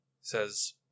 Says